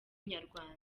inyarwanda